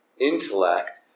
intellect